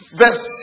verse